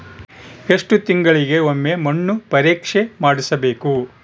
ಎಷ್ಟು ತಿಂಗಳಿಗೆ ಒಮ್ಮೆ ಮಣ್ಣು ಪರೇಕ್ಷೆ ಮಾಡಿಸಬೇಕು?